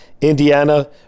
Indiana